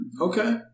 Okay